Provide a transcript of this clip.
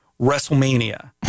WrestleMania